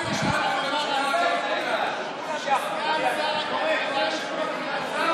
מה יש לך לומר על סגן שר בממשלה של מדינת ישראל